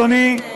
אדוני,